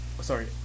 Sorry